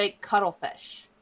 cuttlefish